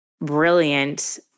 brilliant